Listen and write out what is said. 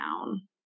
down